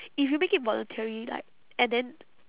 if you make it voluntary like and then